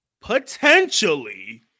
potentially